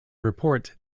report